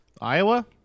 Iowa